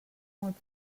molt